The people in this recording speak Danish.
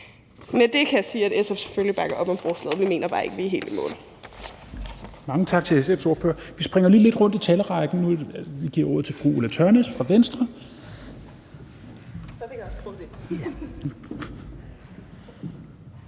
selvfølgelig bakker op om forslaget. Vi mener bare ikke, at vi er helt i mål.